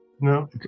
no